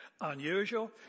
unusual